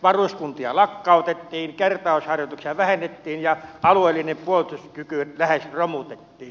varuskuntia lakkautettiin kertausharjoituksia vähennettiin ja alueellinen puolustuskyky lähes romutettiin